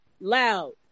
Loud